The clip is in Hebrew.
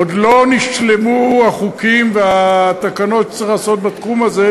עוד לא נשלמו החוקים והתקנות שצריך לעשות בתחום הזה,